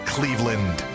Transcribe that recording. Cleveland